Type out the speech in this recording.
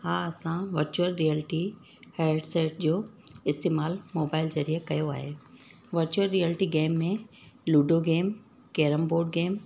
हा असां virtual reality headset जो इस्तेमालु मोबाइल ज़रिए कयो आहे वर्चुअल रिएलिटी गेम में ludo game carrom board game